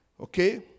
Okay